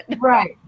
Right